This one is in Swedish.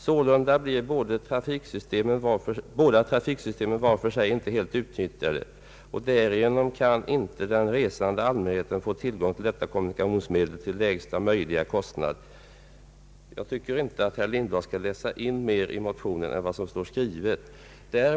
Sålunda blir båda trafiksystemen var för sig inte helt utnyttjade, och därigenom kan inte den re sande allmänheten få tillgång till detta kommunikationsmedel till lägsta möjliga kostnad.» Jag tycker att herr Lindblad inte skall läsa in mer i motionen än där står skrivet.